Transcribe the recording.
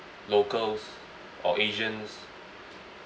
locals or asians